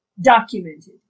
documented